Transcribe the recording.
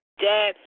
dad